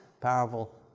Powerful